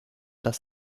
das